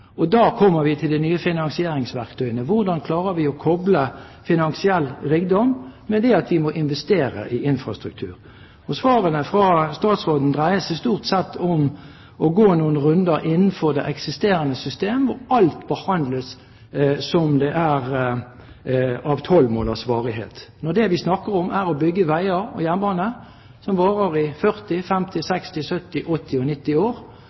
Da kommer vi til de nye finansieringsverktøyene: Hvordan klarer vi å koble finansiell rikdom med at vi må investere i infrastruktur? Svarene fra statsråden dreier seg stort sett om å gå noen runder innenfor det eksisterende system, hvor alt behandles som om det er av 12 måneders varighet, når det vi snakker om, er å bygge veier og jernbane som varer i